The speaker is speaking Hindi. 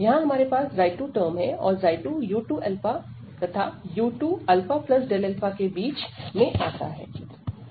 यहां हमारे पास 2 टर्म है और 2 u2α तथा u2α के बीच में आता है